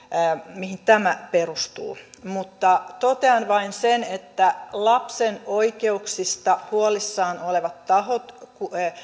mihin tämä perustuu mutta totean vain sen että lapsen oikeuksista huolissaan olevat tahot